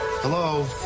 Hello